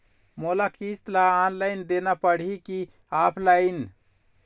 मोला किस्त ला ऑनलाइन देना पड़ही की ऑफलाइन?